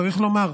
צריך לומר.